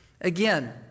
Again